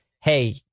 hey